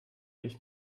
ich